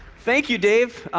thank you, dave.